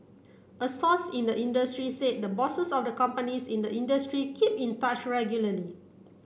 a source in the industry said the bosses of the companies in the industry keep in touch regularly